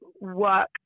work